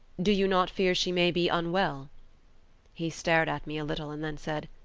do you not fear she may be unwell he stared at me a little, and then said,